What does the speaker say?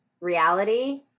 reality